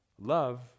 Love